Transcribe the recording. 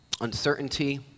uncertainty